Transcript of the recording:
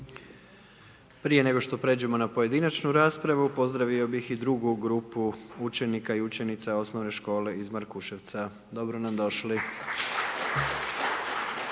Prije nego što pređemo na pojedinačnu raspravu, pozdravio bih i drugu grupu učenika i učenica osnovne škole iz Markuševca. Dobro nam došli.